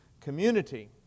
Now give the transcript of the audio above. community